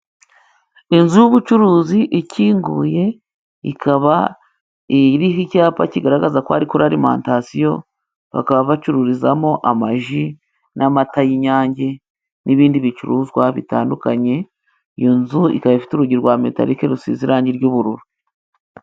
Inzu y'ubucuruzi ikinguye，ikaba iriho icyapa kigaragaza ko ari kuri arimantasiyo， bakaba bacururizamo amaji n'amata y'inyange，n'ibindi bicuruzwa bitandukanye. Iyo nzu ikaba ifite urugi rwa metarike， rusize irangi ry'ubururu.